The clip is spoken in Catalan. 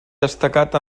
destacat